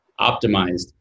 optimized